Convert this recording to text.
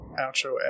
outro